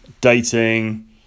dating